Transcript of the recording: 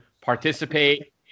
participate